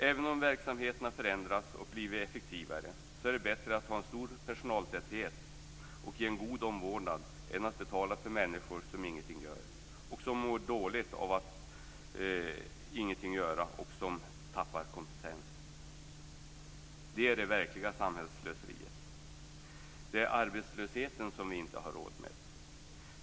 Även om verksamheterna har förändras och blivit effektivare är det bättre att ha en stor personaltäthet och ge en god omvårdnad än att betala för människor som ingenting gör. De mår dåligt av att ingenting göra och tappar kompetens. Det är det verkliga samhällsslöseriet. Det är arbetslösheten som vi inte har råd med.